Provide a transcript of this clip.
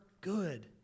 good